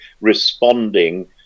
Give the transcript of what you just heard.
responding